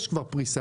יש כבר פריסה.